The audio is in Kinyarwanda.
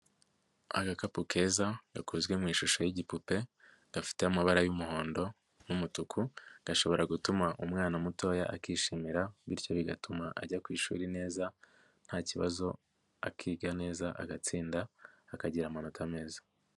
Agakapu keza gakozwe mu ishusho y'igipupe gafite amabara y'umuhondo n'umutuku, gashobora gutuma umwana mutoya akishimira bityo bigatuma ajya ku ishuri neza, ntakibazo akiga neza agatsinda akagira amanota meza.